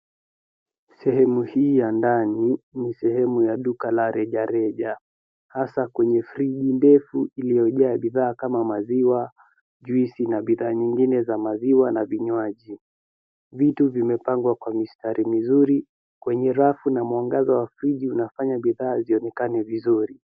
Sehemu hii ya ndani ni sehemu ya duka la rejareja, hasaa kwenye friji ndefu iliyojaa bidhaa kama maziwa, juisi na bidhaa nyingine za maziwa na vinywaji. Vitu vimepangwa kwa mistari mizuri kwenye rafu na mwangaza wa friji unafanya bidhaa zionekane vizuri.